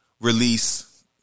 release